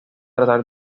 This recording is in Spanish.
tratar